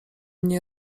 nie